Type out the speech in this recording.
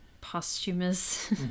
Posthumous